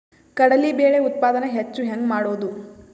ಕಡಲಿ ಬೇಳೆ ಉತ್ಪಾದನ ಹೆಚ್ಚು ಹೆಂಗ ಮಾಡೊದು?